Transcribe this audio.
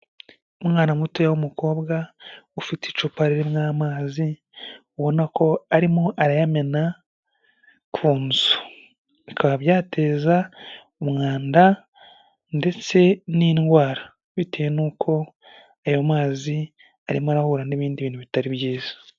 Umwana mutoya w'umukobwa, ufite icupa ririmo amazi, ubona ko arimo arayamena ku nzu, bikaba byateza umwanda ndetse n'indwara, bitewe n'uko ayo mazi arimo arahura n'ibindi bintu bitari byiza.